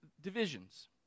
Divisions